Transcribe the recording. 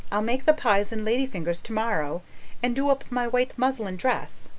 i'll make the pies and lady fingers tomorrow and do up my white muslin dress.